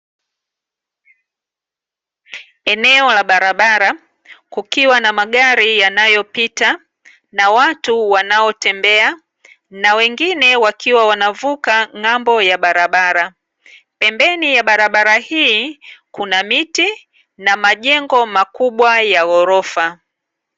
Eneo la barabara kukiwa na magari yanayopita na watu wanaotembea na wengine wakiwa wanavuka ng'ambo ya barabara. Pembeni ya barabara hii, kuna miti na majengo makubwa ya ghorofa.